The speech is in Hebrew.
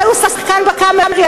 אולי הוא שחקן ב"קאמרי",